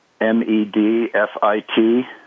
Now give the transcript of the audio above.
M-E-D-F-I-T